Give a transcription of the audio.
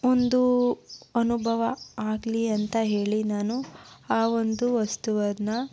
ಒಂದು ಅನುಭವ ಆಗಲಿ ಅಂತ ಹೇಳಿ ನಾನು ಆ ಒಂದು ವಸ್ತುವನ್ನು